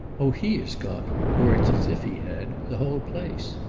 oh he has got or it's as if he had the whole place.